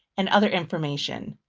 and other information.